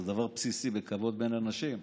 זה דבר בסיסי בכבוד בין אנשים,